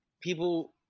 people